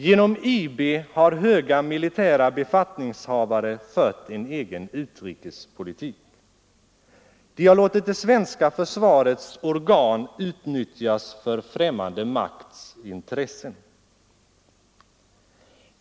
Genom IB har höga militära befattningshavare fört en egen utrikespolitik. De har låtit det svenska försvarets organ utnyttjas för främmande makts intressen.